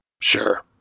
Sure